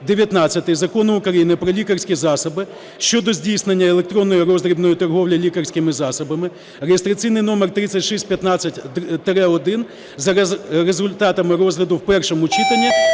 19 Закону України "Про лікарські засоби" (щодо здійснення електронної роздрібної торгівлі лікарськими засобами) (реєстраційний номер 3615-1) за результатами розгляду в першому читанні